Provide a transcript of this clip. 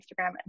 Instagram